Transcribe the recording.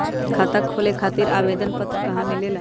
खाता खोले खातीर आवेदन पत्र कहा मिलेला?